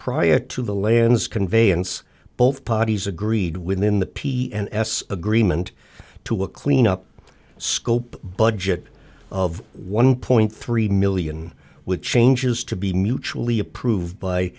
prior to the lands conveyance both parties agreed within the p and s agreement to a clean up scope budget of one point three million with changes to be mutually approved by